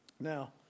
Now